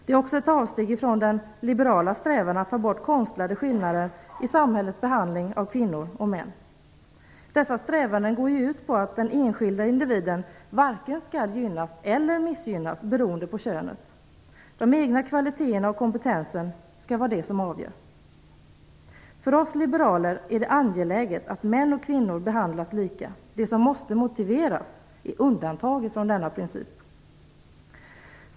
Det är också ett avsteg från den liberala strävan att ta bort konstlade skillnader i samhällets behandling av kvinnor och män. Dessa strävanden går ut på att den enskilda individen varken skall gynnas eller missgynnas beroende på könet. De egna kvaliteterna och kompetensen skall vara det som avgör. För oss liberaler är det angeläget att män och kvinnor behandlas lika. Det som måste motiveras är undantag från denna princip.